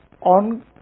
on